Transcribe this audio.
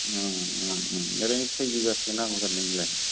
ओरैनो खै बिगासो नांगोन नोंनालाय